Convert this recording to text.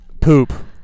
Poop